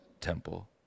temple